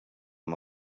amb